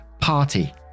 party